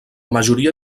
majoria